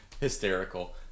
hysterical